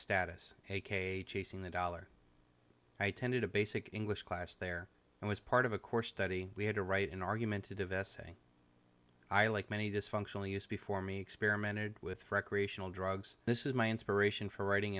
status aka chasing the dollar i attended a basic english class there and was part of a course study we had to write an argument to divest saying i like many dysfunctional use before me experimented with recreational drugs this is my inspiration for writing